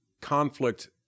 conflict